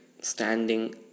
standing